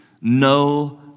No